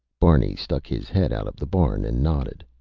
barney stuck his head out of the barn and nodded.